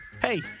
hey